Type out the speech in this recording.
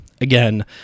Again